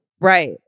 Right